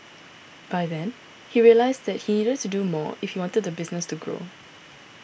by then he realised that he needed to do more if he wanted the business to grow